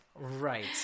right